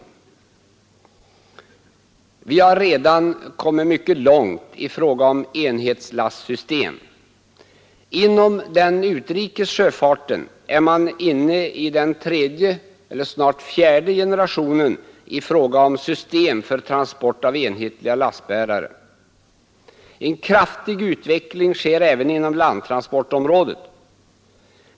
Vi har redan kommit mycket långt i fråga om enhetslastsystem. Inom den utrikes sjöfarten är man inne i den tredje eller snart fjärde generationen i fråga om system för transport av enhetliga lastbärare. En kraftig utveckling sker även inom landtransportområdet.